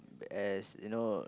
as you know